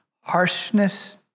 harshness